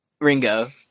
Ringo